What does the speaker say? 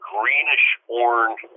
greenish-orange